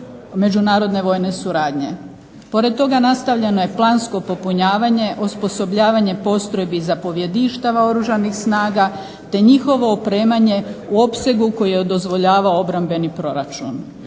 međunarodne vojne suradnje. Pored toga nastavljeno je plansko popunjavanje, osposobljavanje postrojbi zapovjedništava Oružanih snaga te njihovo opremanje u opsegu koji je dozvoljavao obrambeni proračun.